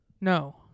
no